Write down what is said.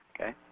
Okay